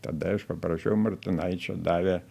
tada aš paprašiau martinaičio davė